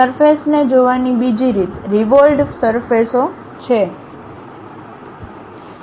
surface ને જોવાની બીજી રીતરીવોલ્વડ સરફેસ ઓ છે